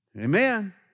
Amen